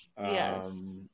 Yes